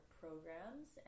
programs